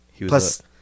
Plus